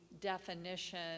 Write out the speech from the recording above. definition